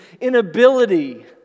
inability